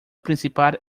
principal